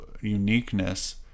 uniqueness